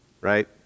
Right